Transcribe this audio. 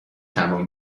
تمام